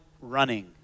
running